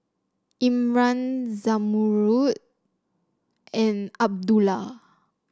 Imran Zamrud and Abdullah